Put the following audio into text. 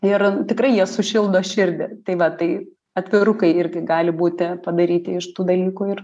ir tikrai jie sušildo širdį tai va tai atvirukai irgi gali būti padaryti iš tų dalykų ir